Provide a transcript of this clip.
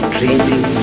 Dreaming